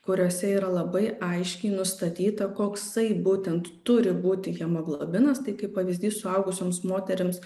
kuriuose yra labai aiškiai nustatyta koksai būtent turi būti hemoglobinas tai kaip pavyzdys suaugusioms moterims